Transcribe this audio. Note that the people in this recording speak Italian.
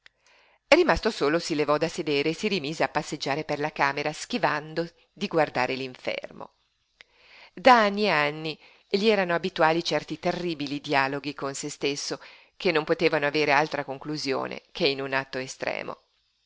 chiamerò rimasto solo si levò da sedere si rimise a passeggiare per la camera schivando di guardare l'infermo da anni e anni gli erano abituali certi terribili dialoghi con se stesso che non potevano avere altra conclusione che in un atto estremo